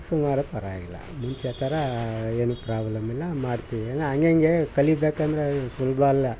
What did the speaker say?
ಸುಮಾರಕ್ಕೆ ಪರವಾಗಿಲ್ಲ ಮುಂಚೆ ಥರ ಏನು ಪ್ರಾಬ್ಲಮ್ ಇಲ್ಲ ಮಾಡ್ತೀವಿ ಏನು ಹಂಗ್ ಹಂಗೇ ಕಲಿಬೇಕಂದರೆ ಏನು ಸುಲಭ ಅಲ್ಲ